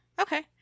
Okay